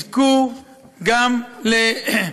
אז מצד אחד יש איזושהי